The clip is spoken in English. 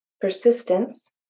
persistence